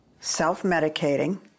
self-medicating